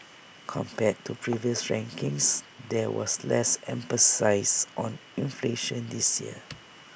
compared to previous rankings there was less emphasis on inflation this year